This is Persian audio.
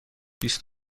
بیست